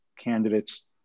candidates